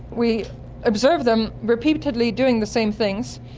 we observe them repeatedly doing the same things.